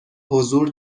حضور